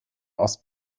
ost